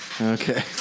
Okay